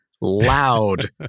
loud